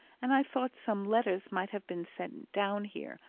and i thought some letters might have been sent down here.